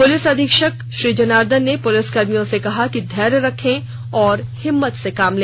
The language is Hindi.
पुलिस अधीक्षक श्री जनार्दनन ने पुलिस कर्मियों से कहा है कि धैर्य रखें और हिम्मत से काम ले